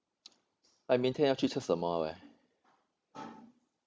eh 明天要去吃什么喂